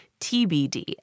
TBD